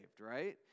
right